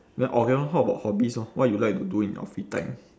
then orh K lor how about hobbies orh what you like to do in your free time